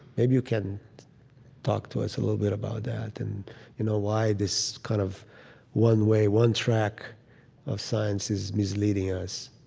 maybe you can talk to us a little bit about that and you know why this kind of one-way one-track of science is misleading us